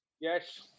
yes